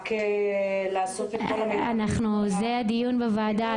לאסוף את כל המידע --- זה הדיון בוועדה,